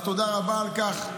אז תודה רבה על כך,